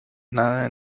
nada